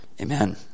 Amen